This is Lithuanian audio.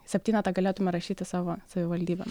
septynetą galėtume rašyti savo savivaldybėm